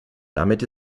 damit